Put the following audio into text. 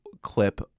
clip